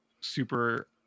super